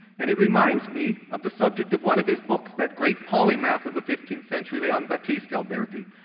and he reminds me of the subject of one of his books, that great polymath of the fifteenth century, leon battista alberti.